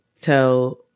tell